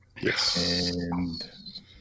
Yes